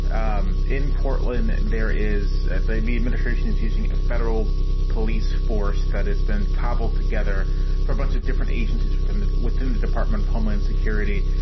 um in portland there is. they mean administration is teaching federal police force that has been cobbled together for a bunch of different agencies within within the department of homeland security.